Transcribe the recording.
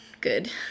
good